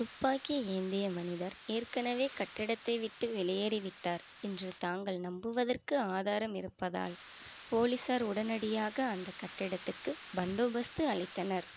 துப்பாக்கி ஏந்திய மனிதர் ஏற்கனவே கட்டடத்தை விட்டு வெளியேறிவிட்டார் என்று தாங்கள் நம்புவதற்கு ஆதாரம் இருப்பதால் போலீசார் உடனடியாக அந்தக் கட்டிடத்துக்கு பந்தோபஸ்து அளித்தனர்